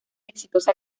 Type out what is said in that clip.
exitosa